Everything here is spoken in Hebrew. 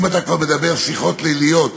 אם אתה כבר מנהל שיחות בלילות